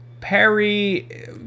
Perry